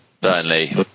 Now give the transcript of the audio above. Burnley